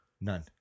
None